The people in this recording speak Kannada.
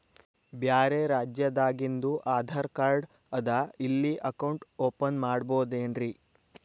ಬ್ಯಾರೆ ರಾಜ್ಯಾದಾಗಿಂದು ಆಧಾರ್ ಕಾರ್ಡ್ ಅದಾ ಇಲ್ಲಿ ಅಕೌಂಟ್ ಓಪನ್ ಮಾಡಬೋದೇನ್ರಿ?